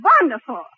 wonderful